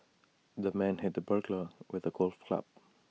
the man hit the burglar with A golf club